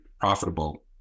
profitable